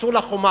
עשו לה חומה